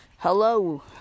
Hello